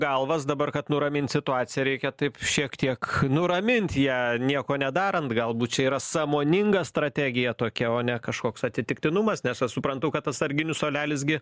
galvas dabar kad nuramint situaciją reikia taip šiek tiek nuramint ją nieko nedarant galbūt čia yra sąmoninga strategija tokia o ne kažkoks atsitiktinumas nes aš suprantu kad atsarginių suolelis gi